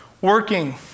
working